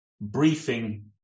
briefing